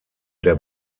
der